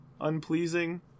unpleasing